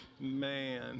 Man